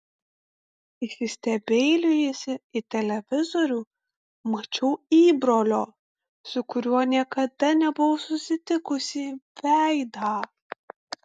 įsistebeilijusi į televizorių mačiau įbrolio su kuriuo niekada nebuvau susitikusi veidą